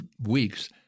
weeks